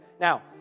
Now